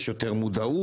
יש יותר מודעות.